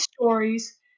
stories